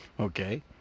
Okay